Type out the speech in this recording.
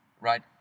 right